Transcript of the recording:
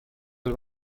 del